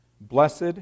Blessed